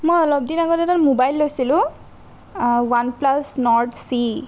মই অলপ দিন আগতে এটা ম'বাইল লৈছিলো ওৱান প্লাছ নৰ্ড চি